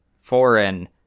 foreign